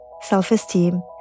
self-esteem